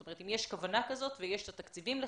אם יש כוונה כזאת ויש את התקציבים לכך.